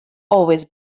always